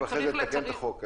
ואחרי זה לתקן את החוק.